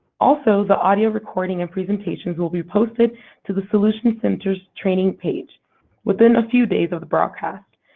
also, the audio recording and presentations will be posted to the solutions center's training page within a few days of the broadcast,